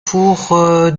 pour